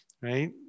right